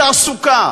בתעסוקה,